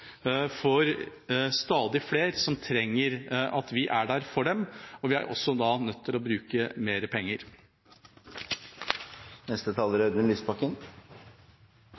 for stadig flere som trenger at vi er der for dem. Vi er også nødt til å bruke mer penger.